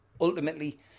ultimately